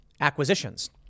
acquisitions